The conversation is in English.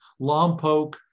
Lompoc